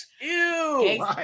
Ew